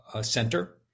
Center